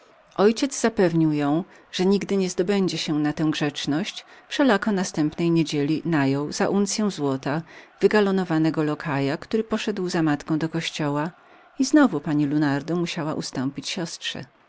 ojciec zapewnił ją że nigdy nie zdobędzie się na tę grzeczność wszelako następnej niedzieli najął za uncyą złota wygalonowanego lokaja który poszedł za moją matką do kościoła i znowu pani lunardo tym razem musiała ustąpić siostrze